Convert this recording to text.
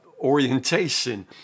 orientation